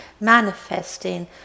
manifesting